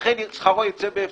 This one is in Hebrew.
לכן שכרו ייצא בהפסדו.